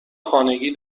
خانگی